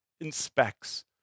inspects